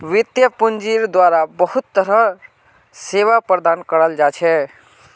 वित्तीय पूंजिर द्वारा बहुत तरह र सेवा प्रदान कराल जा छे